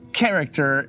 character